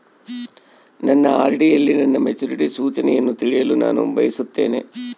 ನನ್ನ ಆರ್.ಡಿ ಯಲ್ಲಿ ನನ್ನ ಮೆಚುರಿಟಿ ಸೂಚನೆಯನ್ನು ತಿಳಿಯಲು ನಾನು ಬಯಸುತ್ತೇನೆ